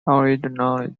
originally